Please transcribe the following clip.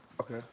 Okay